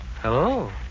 Hello